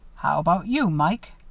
how about you, mike?